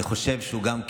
אני חושב שהוא גם,